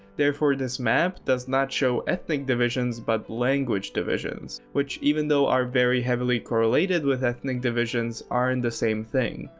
therefore this map does not show ethnic divisions but language divisions, which even though are very heavily correlated with ethnic divisions aren't the same thing.